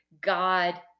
God